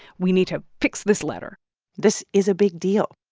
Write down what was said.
we need to fix this letter this is a big deal